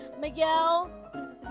Miguel